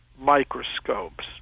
microscopes